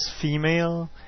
female